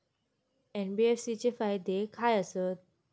NBFC चे फायदे खाय आसत?